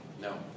No